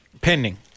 Pending